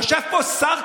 יושב פה שר,